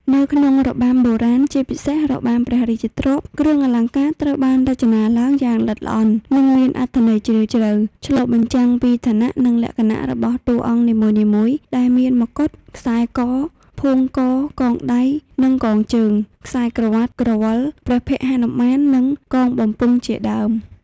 នៅក្នុងរបាំបុរាណ ជាពិសេសរបាំព្រះរាជទ្រព្យ គ្រឿងអលង្ការត្រូវបានរចនាឡើងយ៉ាងល្អិតល្អន់ និងមានអត្ថន័យជ្រាលជ្រៅ ឆ្លុះបញ្ចាំងពីឋានៈ និងលក្ខណៈរបស់តួអង្គនីមួយៗ ដែលមាន មកុដ ខ្សែក/ផួងក កងដៃ និងកងជើង ខ្សែក្រវាត់ ក្រវិល ព្រះភ័ក្ត្រហនុមាន និងកងបំពង់ជាដើម។